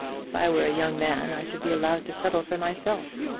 if i were a young man i should be allowed to settle for myself.